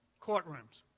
courtrooms.